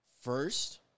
first